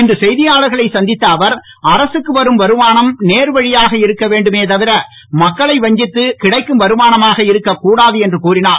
இன்று செய்தியாளர்களை சந்தித்த அவர் அரசுக்கு வரும் வருமானம் நேர் வழியாக இருக்கவேண்டுமே தவிர மக்களை வஞ்சித்து கிடைக்கும் வருமானமாக இருக்கக்கூடாது என்று கூறினார்